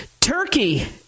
Turkey